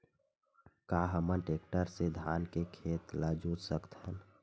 का हमन टेक्टर से धान के खेत ल जोत सकथन?